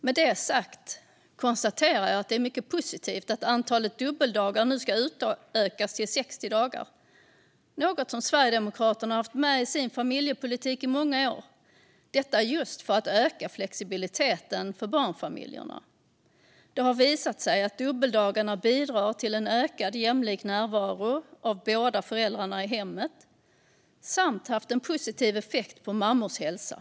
Med det sagt konstaterar jag att det är mycket positivt att antalet dubbeldagar nu ska utökas till 60, något som Sverigedemokraterna haft med i sin familjepolitik i många år. Det handlar om att öka flexibiliteten för barnfamiljerna. Det har visat sig att dubbeldagarna bidrar till en ökad jämlik närvaro av båda föräldrarna i hemmet och att de har haft en positiv effekt på mammors hälsa.